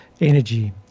energy